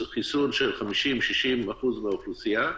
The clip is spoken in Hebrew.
חיסון של 50%-60% מהאוכלוסייה,